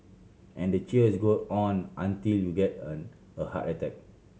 and the cheers goes on until you get a heart attack